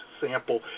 sample